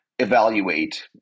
evaluate